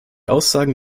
aussagen